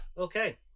Okay